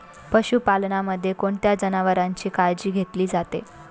पशुपालनामध्ये कोणत्या जनावरांची काळजी घेतली जाते?